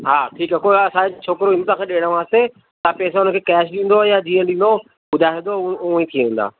हा ठीकु आहे को असांजो छोकिरो ईंदो तव्हांखे ॾियण वास्ते तव्हां पैसो उनखे कैश ॾींदव या जीअं ॾींदो ॿुधायो थो ऊअ ऊअं ई थी वेंदा